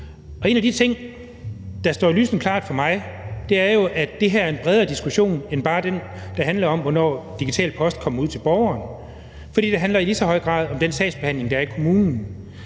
en af de ting, der står lysende klart for mig, er jo, at det her er en bredere diskussion end bare den, der handler om, hvornår digital post kommer ud til borgerne, for det handler i lige så høj grad om den sagsbehandling, der er i kommunen.